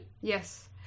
Yes